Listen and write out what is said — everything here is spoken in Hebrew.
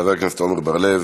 חבר הכנסת עמר בר-לב,